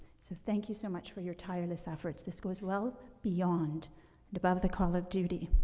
so thank you so much for your tireless efforts. this goes well beyond and above the call of duty.